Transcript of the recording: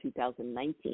2019